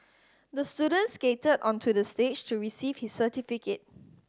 the student skated onto the stage to receive his certificate